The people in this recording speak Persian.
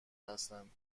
هستند